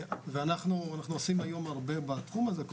ואנחנו עושים היום הרבה מאוד בתחום הזה,